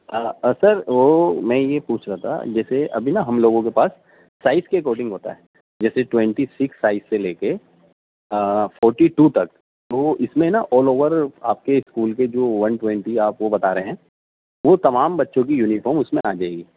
سر وہ میں یہ پوچھ رہا تھا جیسے ابھی نا ہم لوگوں کے پاس سائز کے اکارڈنگ ہوتا ہے جیسے ٹونٹی سکس سائز سے لے کے فورٹی ٹو تک وہ اس میں نہ آل اوور آپ کے اسکول کے جو ون ٹونٹی آپ وہ بتا رہے ہیں وہ تمام بچوں کی یونیفام اس میں آ جائے گی